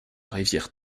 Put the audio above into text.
rivière